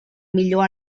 millor